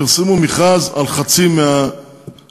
פרסמו מכרז על חצי מהדירות.